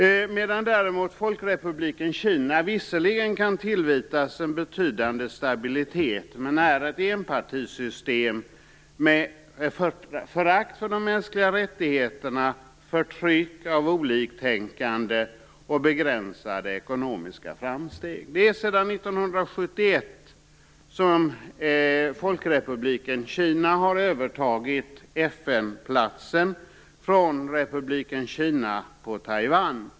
Däremot kan Folkrepubliken Kina visserligen tillskrivas en betydande stabilitet, men där har man ett enpartisystem med förakt för de mänskliga rättigheterna, förtryck av oliktänkande och begränsade ekonomiska framsteg. Folkrepubliken Kina övertog 1971 FN-platsen från Republiken Kina på Taiwan.